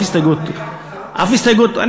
לא אף הסתייגות,